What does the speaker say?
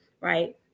right